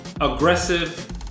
aggressive